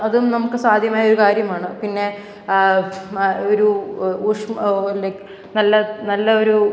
അതും നമുക്ക് സാധ്യമായൊരു കാര്യമാണ് പിന്നെ മ ഒരു ഉഷ്മ ലെക്ക് നല്ല നല്ല ഒരു